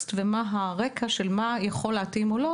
הקונטקסט ומה הרקע של מה יכול להתאים ומה לא,